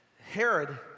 Herod